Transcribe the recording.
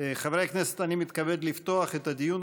הצעות מס' 9781, 9784,